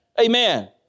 Amen